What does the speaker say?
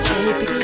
Baby